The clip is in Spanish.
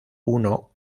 uno